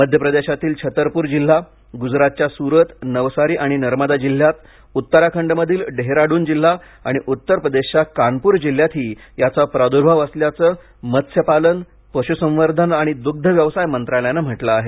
मध्य प्रदेशातील छतरपूर जिल्हा गुजरातच्या सूरत नवसारी आणि नर्मदा जिल्ह्यात उत्तराखंडमधील देहरादून जिल्हा आणि उत्तर प्रदेशच्या कानपूर जिल्ह्यातही याचा प्रादुर्भाव असल्याचं मत्स्यपालन पशुसंवर्धन आणि दुग्धव्यवसाय मंत्रालयाने म्हटलं आहे